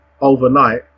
overnight